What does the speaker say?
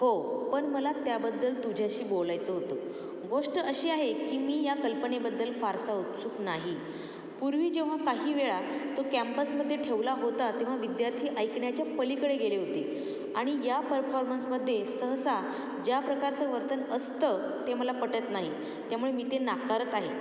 हो पण मला त्याबद्दल तुझ्याशी बोलायचं होतं गोष्ट अशी आहे की मी या कल्पनेबद्दल फारसा उत्सुक नाही पूर्वी जेव्हा काही वेळा तो कॅम्पसमध्ये ठेवला होता तेव्हा विद्यार्थी ऐकण्याच्या पलीकडे गेले होते आणि या परफॉर्मन्समध्ये सहसा ज्या प्रकारचं वर्तन असतं ते मला पटत नाही त्यामुळे मी ते नाकारत आहे